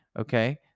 Okay